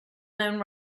known